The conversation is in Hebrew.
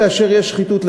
כאשר יש שחיתות,